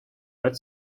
red